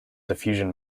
diffusion